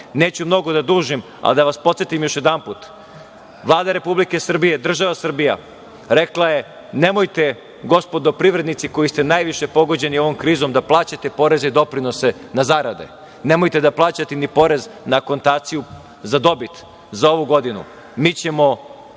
mnogo da dužim, ali da vas podsetim još jednom, Vlada Republike Srbije, država Srbija, rekla je - nemojte, gospodo privrednici koji ste najviše pogođeni ovom krizom, da plaćate poreze i doprinose na zarade, nemojte da plaćate ni porez na akontaciju za dobit za ovu godinu, mi ćemo